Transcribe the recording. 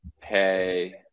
pay